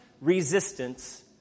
resistance